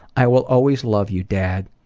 i will always love you, dad.